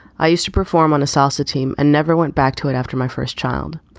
i used to perform on a salsa team and never went back to it after my first child.